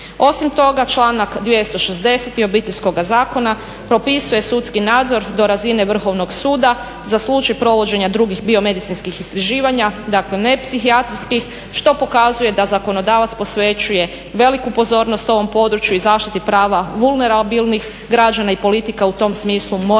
Osim toga članak 260. Obiteljskoga zakona propisuje sudski nadzor do razine Vrhovnog suda za slučaj provođenja drugih biomedicinskih istraživanja dakle ne psihijatrijskih što pokazuje da zakonodavac posvećuje veliku pozornost u ovom području i zaštiti prava vulnerabilnih građana i politika u tom smislu mora